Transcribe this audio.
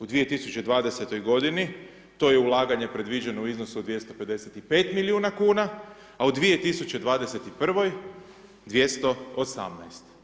U 2020.. to je ulaganje predviđeno u iznosu od 255 milijuna kuna, a u 2021., 218.